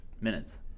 minutes